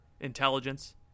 intelligence